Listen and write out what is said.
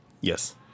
Yes